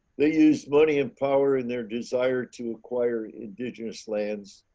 they use money and power in their desire to acquire indigenous lands